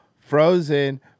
Frozen